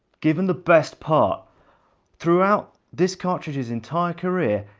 given the best part throughout this cartridge's entire career,